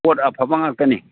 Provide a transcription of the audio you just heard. ꯄꯣꯠ ꯑꯐꯕ ꯉꯥꯛꯇꯅꯤ